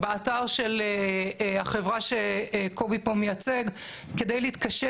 באתר של החברה שקובי פה מייצג כדי להתקשר